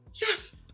Yes